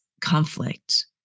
conflict